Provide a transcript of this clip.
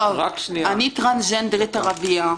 אני טרנסג'נדרית ערבייה.